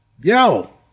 Yo